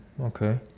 Okay